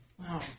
Wow